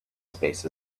space